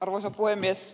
arvoisa puhemies